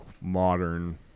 modern